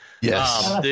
Yes